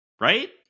Right